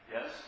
yes